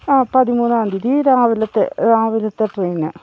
അ പതിമൂന്നാം തീയതി രാവിലത്തെ രാവിലത്തെ ട്രെയിനിന്